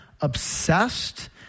obsessed